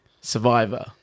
Survivor